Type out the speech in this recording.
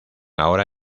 ahora